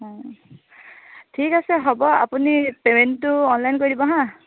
ঠিক আছে হ'ব আপুনি পে'মেণ্টটো অনলাইন কৰি দিব হা